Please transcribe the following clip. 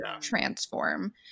transform